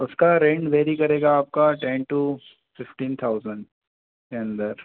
उसका rent vary करेगा आपका टेन टू फ़िफ्टीन थैज़ेंट के अंदर